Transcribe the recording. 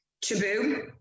taboo